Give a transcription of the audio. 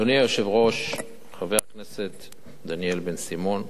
אדוני היושב-ראש, חבר הכנסת דניאל בן-סימון,